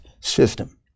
system